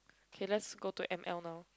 okay let's go to M_L now